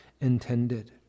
intended